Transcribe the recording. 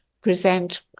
present